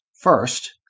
first